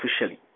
officially